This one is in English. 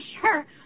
sure